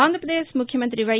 ఆంధ్రాపదేశ్ ముఖ్యమంత్రి వై